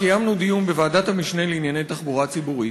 קיימנו דיון בוועדת המשנה לענייני תחבורה ציבורית,